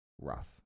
rough